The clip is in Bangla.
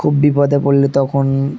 খুব বিপদে পড়লে তখন